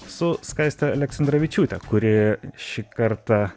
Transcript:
su skaiste aleksandravičiūte kuri šį kartą